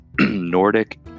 Nordic